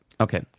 okay